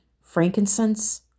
Frankincense